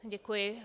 Děkuji.